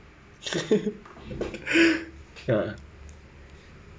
ya